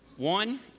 One